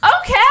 Okay